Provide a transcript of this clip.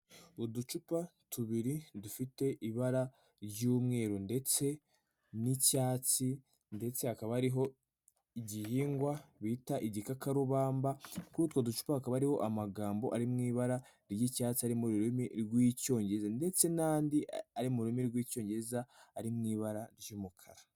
Uducupa tubiri dufite ibara ry'umweru ndetse n'icyatsi ndetse hakaba hariho igihingwa bita igikakarubamba, kuri utwo ducupa hakaba hariho amagambo ari mu ibara ry'icyatsi ari mu rurimi rw'icyongereza ndetse n'andi ari mu rurimi rw'icyongereza ari mu ibara ry'umukara.